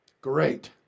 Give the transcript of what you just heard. great